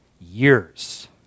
years